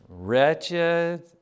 Wretched